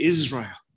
Israel